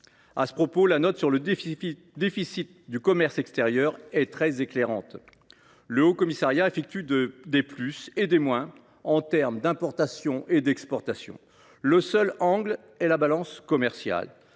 À ce propos, la note sur le déficit du commerce extérieur est très éclairante : le Haut Commissariat effectue des plus et des moins en matière d’importations et d’exportations. Le seul angle est la balance commerciale,